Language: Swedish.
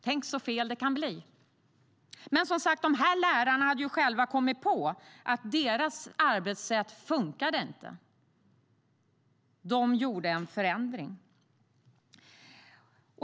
Tänk så fel det kan bli! Men, som sagt, lärarna hade själva kommit på att deras arbetssätt inte funkade. De gjorde en förändring.